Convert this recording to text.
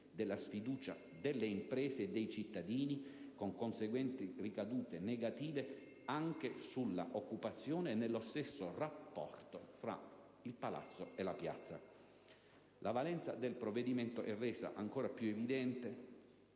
La valenza del provvedimento è resa più evidente